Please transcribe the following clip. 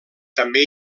també